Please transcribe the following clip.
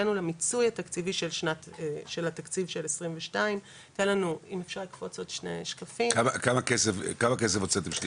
הגענו למיצוי התקציבי של התקציב של 22. כמה כסף הוצאתם,